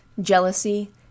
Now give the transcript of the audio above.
jealousy